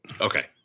Okay